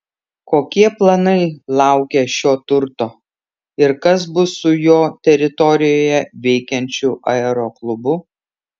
kokie planai laukia šio turto ir kas bus su jo teritorijoje veikiančiu aeroklubu